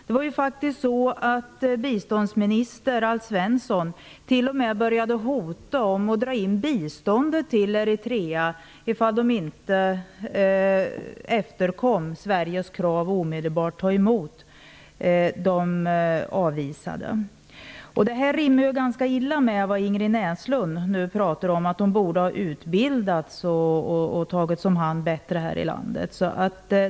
Det var ju faktiskt så att biståndsminister Alf Svensson t.o.m. började hota att dra in biståndet till Eritrea om de inte efterkom Sveriges krav att omedelbart ta emot de avvisade. Detta rimmar ganska illa med det Ingrid Näslund nu pratar om, nämligen att de borde ha utbildats och tagits om hand bättre här i landet.